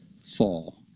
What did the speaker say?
fall